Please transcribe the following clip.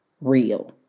real